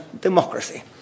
democracy